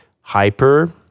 hyper